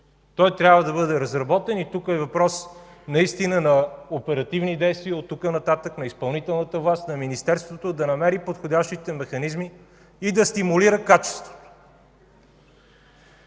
Той трябва да бъде разработен и тук е въпрос наистина на оперативни действия оттук нататък на изпълнителната власт, на Министерството да се намерят подходящите механизми и да се стимулира качеството.